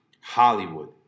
Hollywood